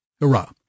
Hurrah